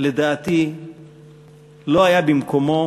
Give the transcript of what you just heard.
לדעתי לא היה במקומו,